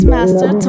Master